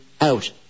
out